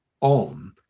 on